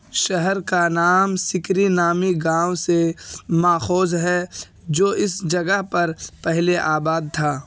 شہر کا نام سیکری نامی گاؤں سے ماخوذ ہے جو اس جگہ پر پہلے آباد تھا